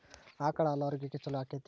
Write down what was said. ಆಕಳ ಹಾಲು ಆರೋಗ್ಯಕ್ಕೆ ಛಲೋ ಆಕ್ಕೆತಿ?